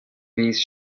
these